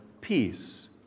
peace